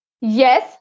Yes